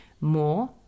more